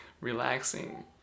relaxing